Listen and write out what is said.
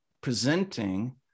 presenting